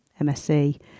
MSc